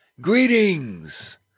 Greetings